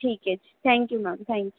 ਠੀਕ ਹੈ ਜੀ ਥੈਂਕ ਯੂ ਮੈਮ ਥੈਂਕ